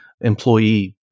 employee